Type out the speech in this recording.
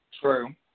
True